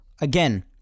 again